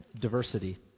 diversity